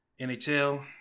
NHL